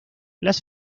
las